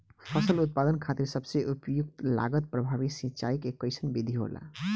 फसल उत्पादन खातिर सबसे उपयुक्त लागत प्रभावी सिंचाई के कइसन विधि होला?